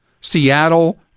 seattle